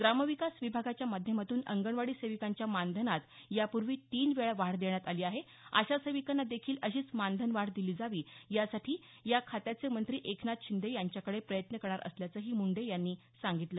ग्रामविकास विभागाच्या माध्यमातून अंगणवाडी सेविकांच्या मानधनात यापूर्वी तीन वेळा वाढ देण्यात आली आहे आशा सेविकांना देखील अशीच मानधन वाढ दिली जावी यासाठी त्या खात्याचे मंत्री एकनाथ शिंदे यांच्याकडे प्रयत्न करणार असल्याचंही मुंडे यांनी सांगितलं